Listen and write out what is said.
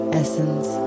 essence